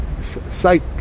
Psych